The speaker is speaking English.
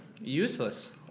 useless